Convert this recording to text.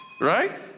Right